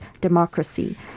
democracy